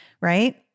Right